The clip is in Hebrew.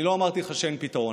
אני לא אמרתי לך שאין פתרון,